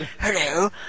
Hello